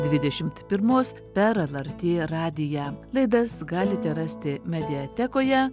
dvidešimt pirmos per lrt radiją laidas galite rasti mediatekoje